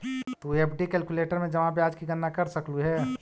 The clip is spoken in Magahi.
तु एफ.डी कैलक्यूलेटर में जमा ब्याज की गणना कर सकलू हे